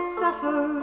suffer